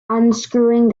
unscrewing